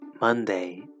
Monday